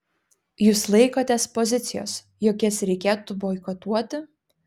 jūs laikotės pozicijos jog jas reikėtų boikotuoti